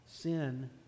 sin